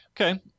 Okay